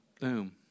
boom